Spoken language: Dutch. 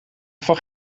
van